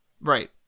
Right